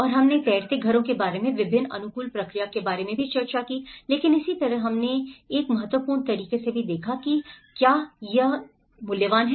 और हमने तैरते घरों के बारे में विभिन्न अनुकूलन प्रक्रिया के बारे में भी चर्चा की लेकिन इसी तरह हमने के एक महत्वपूर्ण तरीके से भी देखा क्या यह मूल्य है